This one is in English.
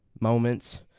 moments